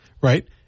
Right